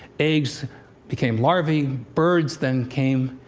eggs became larvae. birds then came,